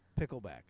Pickleback